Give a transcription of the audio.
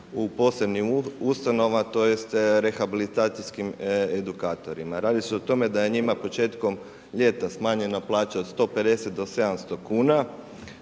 u posebnim ustanovama, tj. rehabilitacijskim edukatorima. Radi se o tome da je njima početkom ljeta smanjena plaća od 150 do 700 kuna,